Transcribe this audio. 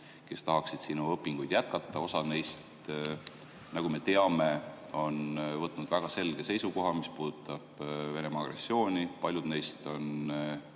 kes tahaksid siin oma õpinguid jätkata. Osa neist, nagu me teame, on võtnud väga selge seisukoha, mis puudutab Venemaa agressiooni. Paljud neist on